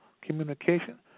communication